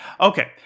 Okay